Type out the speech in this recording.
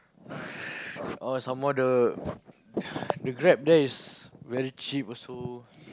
oh some more the the Grab there is very cheap also